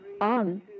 on